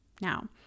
Now